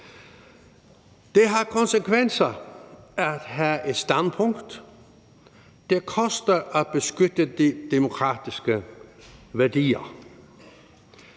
Det har konsekvenser at have et standpunkt. Det koster at beskytte de demokratiske værdier.